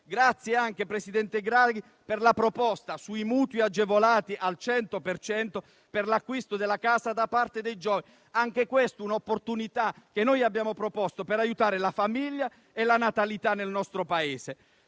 Grazie, presidente Draghi, per la proposta sui mutui agevolati al 100 per cento per l'acquisto della casa da parte dei giovani: anche questa è un'opportunità che noi abbiamo proposto per aiutare la famiglia e la natalità nel nostro Paese.